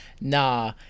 nah